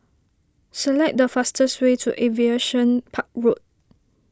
select the fastest way to Aviation Park Road